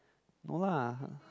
no lah